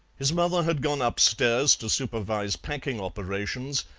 his mother had gone upstairs to supervise packing operations,